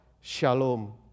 Shalom